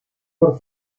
por